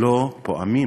שלא פועמים.